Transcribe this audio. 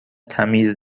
تمیز